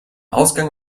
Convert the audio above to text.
ausgang